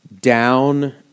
down